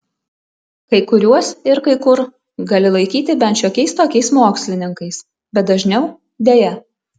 kai kuriuos ir kai kur gali laikyti bent šiokiais tokiais mokslininkais bet dažniau deja